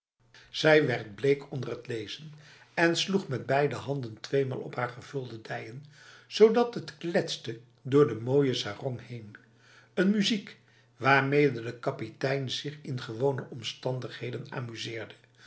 zij werd bleek onder het lezen en sloeg met beide handen tweemaal op haar gevulde dijen zodat het kletste door de mooie sarong heen een muziek waarmede de kapitein zich in gewone omstandigheden amuseerde